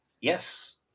yes